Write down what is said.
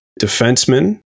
Defenseman